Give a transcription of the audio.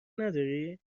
نداری